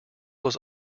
was